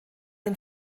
den